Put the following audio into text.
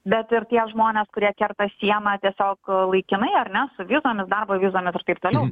bet ir tie žmonės kurie kerta sieną tiesiog laikinai ar ne su vizomis darbo vizomis ir taip toliau